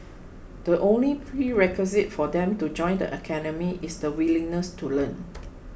the only prerequisite for them to join the academy is the willingness to learn